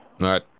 Right